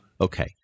okay